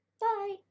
Bye